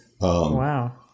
Wow